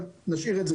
אבל נשאיר את זה,